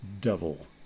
devil